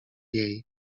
jej